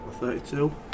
32